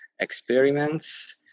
experiments